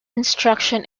instruction